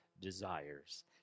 desires